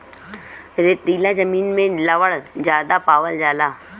रेतीला जमीन में लवण ज्यादा पावल जाला